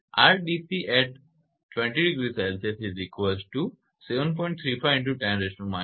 તેથીજ 8